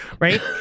right